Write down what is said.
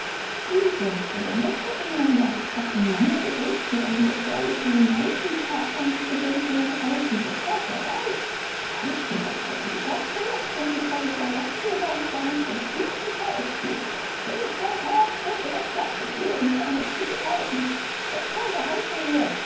diese besonders der engländer hatten lange gewünscht mit einem gefährlichen maneater anzubinden und eilten sofort herbei wir tanzten vor freude die ganze nacht denn die drei jäger lachten über unsere angst und fluchten verächtlich in zwei tagen könnt ihr das fleisch des löwen für eine ziege kaufen das fell behalten wir